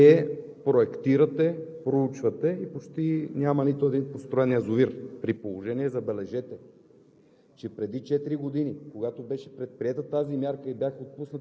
първо, че четири години Вие проектирате, проучвате и почти няма нито един построен язовир, при положение, забележете,